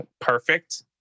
perfect